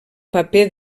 paper